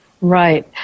Right